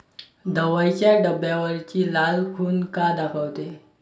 दवाईच्या डब्यावरची लाल खून का दाखवते?